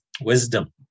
wisdom